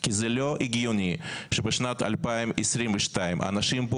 כי זה לא הגיוני שבשנת 2022 אנשים פה